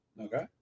Okay